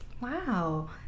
Wow